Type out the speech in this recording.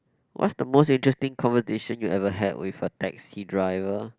what's the most interesting conversation you ever had with a taxi driver